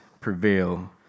prevail